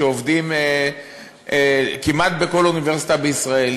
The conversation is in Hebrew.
שעובדים כמעט בכל אוניברסיטה בישראל,